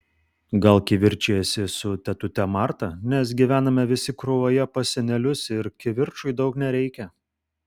gal kivirčijasi su tetute marta nes gyvename visi krūvoje pas senelius ir kivirčui daug nereikia